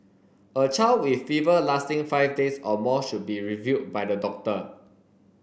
a child with fever lasting five days or more should be reviewed by the doctor